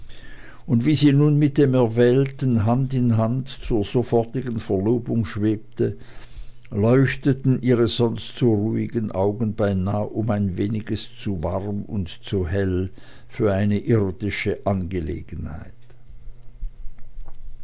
und wie sie nun mit dem erwählten hand in hand zur sofortigen verlobung schwebte leuchteten ihre sonst so ruhigen augen beinah um ein weniges zu warm und zu hell für eine irdische angelegenheit